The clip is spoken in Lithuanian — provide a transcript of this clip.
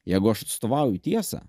jeigu aš atstovauju tiesą